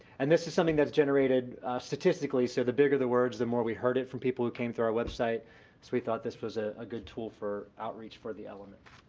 and this is something that's generated statistically so the bigger the words the more we heard it from people who came through our website, so we thought this was a ah good tool for outreach for the element.